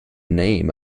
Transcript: name